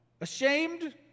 ashamed